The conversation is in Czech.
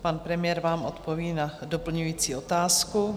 Pan premiér vám odpoví na doplňující otázku.